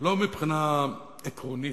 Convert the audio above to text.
לא מבחינה עקרונית.